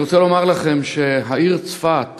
אני רוצה לומר לכם שהעיר צפת